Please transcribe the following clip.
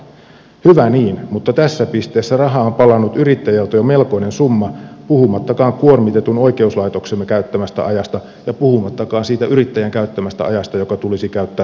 hyvä niin mutta tässä pisteessä rahaa on palanut yrittäjältä jo melkoinen summa puhumattakaan kuormitetun oikeuslaitoksemme käyttämästä ajasta ja puhumattakaan siitä yrittäjän käyttämästä ajasta joka tulisi käyttää työntekoon